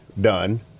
done